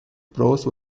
prose